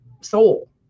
soul